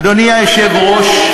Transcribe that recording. אדוני היושב-ראש,